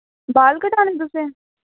बाल कटाने तुसें